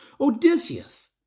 Odysseus